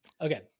Okay